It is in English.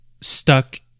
stuck